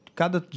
cada